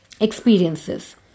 experiences